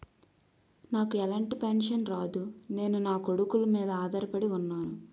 నాకు ఎలాంటి పెన్షన్ రాదు నేను నాకొడుకుల మీద ఆధార్ పడి ఉన్నాను